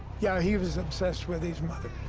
yeah, he was obsessed with his mother.